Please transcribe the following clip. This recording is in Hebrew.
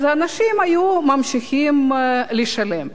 אז אנשים היו ממשיכים לשלם.